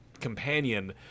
companion